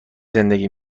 زندگی